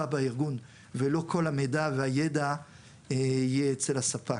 בארגון ולא כל המידע והידע יהיה אצל הספק,